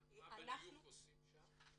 מה בדיוק עושים שם?